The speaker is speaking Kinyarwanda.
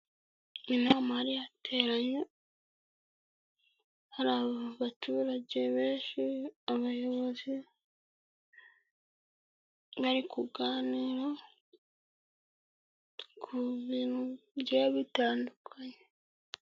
Inama yari yateranye hari abaturage benshi abayobozi bari kuganira ku bintu bitandukanye.